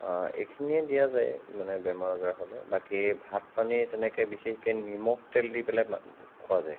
এইখিনিয়েই দিয়া যায় মানে বেমাৰ আজাৰ হ'লে বাকী ভাত পানী তেনেকৈ বিশেষকৈ নিমখ তেল দি পেলাই খোৱা যায়